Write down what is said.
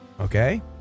okay